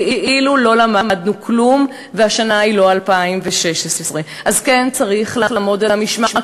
כאילו לא למדנו כלום והשנה היא לא 2016. אז כן צריך לעמוד על המשמר,